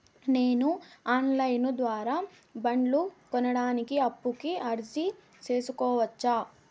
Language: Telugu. నేను ఆన్ లైను ద్వారా బండ్లు కొనడానికి అప్పుకి అర్జీ సేసుకోవచ్చా?